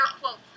quote